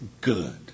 good